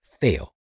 fail